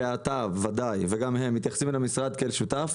ואתה בוודאי וגם הם מתייחסים למשרד כאל שותף,